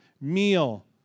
meal